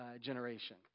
generation